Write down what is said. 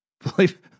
Believe